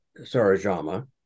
Sarajama